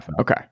Okay